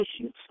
issues